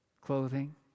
clothing